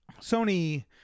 Sony